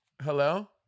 Hello